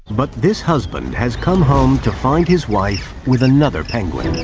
but this husband has come home to find his wife with another penguin.